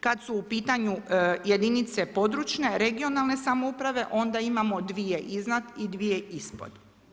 Kada su u pitanju jedinice područne, regionalne samouprave onda imamo dvije iznad i dvije ispod.